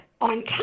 on